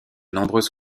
nombreuses